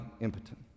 impotent